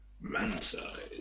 Man-sized